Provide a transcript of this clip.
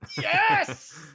Yes